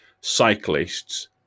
cyclists